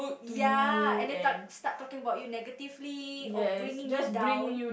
ya and then tar~ start talking about you negatively or bringing you down